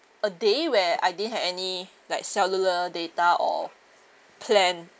a day where I didn't have any like cellular data or plan